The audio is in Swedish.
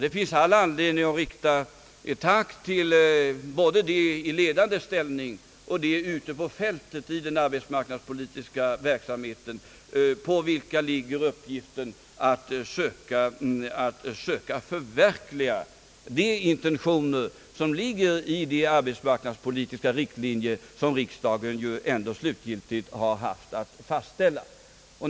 Det finns all anledning att rikta ett tack till både dem som står i ledande ställning och dem som arbetar ute på fältet i den arbetspolitiska verksamheten, vilka har uppgiften att söka förverkliga intentionerna i de arbetsmarknadspolitiska riktlinjer som riksdagen slutgiltigt haft att fastställa.